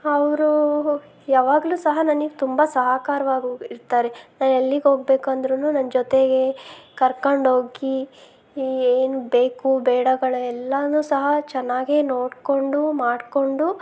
ಅವ್ರು ಯಾವಾಗ್ಲೂ ಸಹ ನನಗೆ ತುಂಬ ಸಹಕಾರ್ವಾಗಿ ಇರ್ತಾರೆ ನಾನು ಎಲ್ಲಿಗೆ ಹೋಗ್ಬೇಕು ಅಂದ್ರೂ ನನ್ನ ಜೊತೆಗೇ ಕರ್ಕಂಡು ಹೋಗಿ ಏನು ಬೇಕು ಬೇಡಗಳು ಎಲ್ಲನೂ ಸಹ ಚೆನ್ನಾಗೆ ನೋಡಿಕೊಂಡು ಮಾಡಿಕೊಂಡು